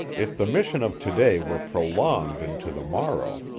if the mission of to-day were prolonged into the morrow,